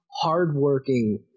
hardworking